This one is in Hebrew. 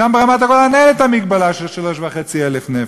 שם, ברמת-הגולן, אין מגבלה של 3,500 נפש.